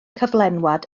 cyflenwad